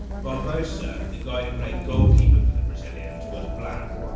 barbosa, the guy who played goalkeeper for the brazilians was black.